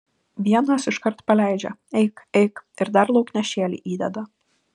vienos iškart paleidžia eik eik ir dar lauknešėlį įdeda